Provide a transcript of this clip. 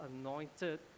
anointed